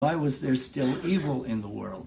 Why was there still evil in the world?